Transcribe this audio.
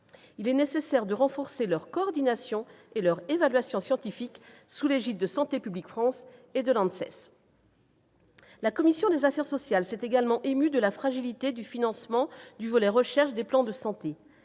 Il est nécessaire de renforcer leur coordination et leur évaluation scientifique sous l'égide de Santé publique France et de l'ANSES. La commission des affaires sociales s'est également émue de la fragilité du financement du volet « recherche » des plans de santé